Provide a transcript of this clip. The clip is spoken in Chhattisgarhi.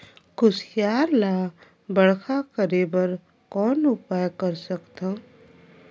कुसियार ल बड़खा करे बर कौन उपाय कर सकथव?